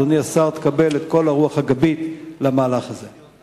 אדוני השר, תקבל את כל הרוח הגבית למהלך הזה.